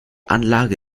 anlage